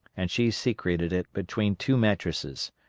and she secreted it between two mattresses.